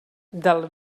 del